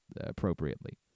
appropriately